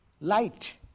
light